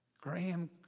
Graham